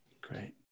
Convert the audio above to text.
Great